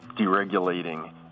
deregulating